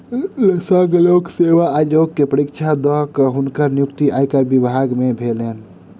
संघ लोक सेवा आयोग के परीक्षा दअ के हुनकर नियुक्ति आयकर विभाग में भेलैन